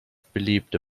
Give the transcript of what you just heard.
beliebte